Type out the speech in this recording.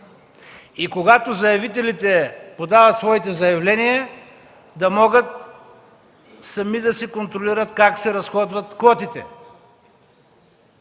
и когато заявителите подават своите заявления да могат сами да си контролират как се разходват квотите.